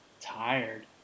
tired